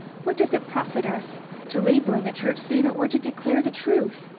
what doth it profit us to labor in the church save it were to declare the truth,